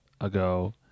ago